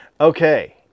okay